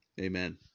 Amen